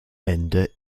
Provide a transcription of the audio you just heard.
ende